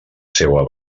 seua